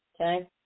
Okay